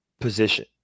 position